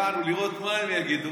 יענו לראות מה הם יגידו,